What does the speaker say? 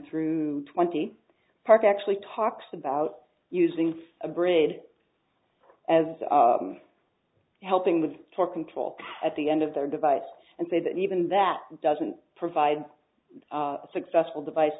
through twenty part actually talks about using a brigade as helping with for control at the end of their device and say that even that doesn't provide a successful device